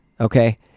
okay